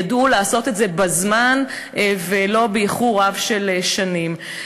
ידעו לעשות את זה בזמן ולא באיחור של שנים רבות.